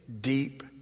deep